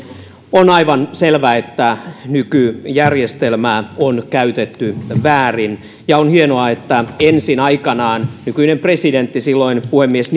on aivan selvää että nykyjärjestelmää on käytetty väärin ja on hienoa että ensin aikanaan nykyinen presidentti silloinen puhemies